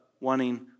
wanting